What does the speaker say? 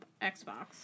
Xbox